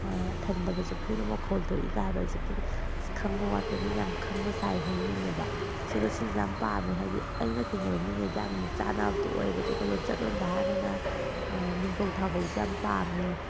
ꯊꯟꯗꯕ ꯆꯥꯐꯨꯅ ꯃꯈꯣꯜ ꯊꯣꯛꯏꯀ ꯍꯥꯏꯕ ꯍꯧꯖꯤꯛꯀꯤ ꯈꯪꯕ ꯋꯥꯠꯄ ꯃꯤꯅ ꯌꯥꯝ ꯈꯪꯕ ꯁꯥꯏ ꯍꯥꯏꯅꯤꯡꯉꯤꯅꯦꯕ ꯁꯤꯒꯨꯝꯕ ꯁꯤꯁꯦ ꯌꯥꯝ ꯄꯥꯝꯃꯦ ꯍꯥꯏꯗꯤ ꯑꯩꯅ ꯊꯦꯡꯅꯕ ꯃꯤꯉꯩꯗ ꯌꯥꯝꯅ ꯆꯥꯟꯅꯕꯗꯣ ꯑꯣꯏꯌꯦꯕ ꯑꯗꯨꯒ ꯂꯣꯟꯆꯠꯂꯣꯟꯗ ꯍꯥꯏꯔꯒꯅ ꯃꯤꯡꯒꯧ ꯊꯥꯒꯧꯁꯤ ꯌꯥꯝ ꯄꯥꯝꯃꯤ